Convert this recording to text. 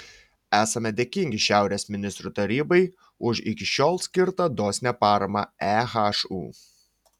esame dėkingi šiaurės ministrų tarybai už iki šiol skirtą dosnią paramą ehu